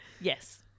Yes